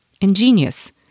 Ingenious